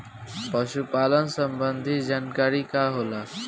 पशु पालन संबंधी जानकारी का होला?